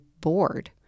bored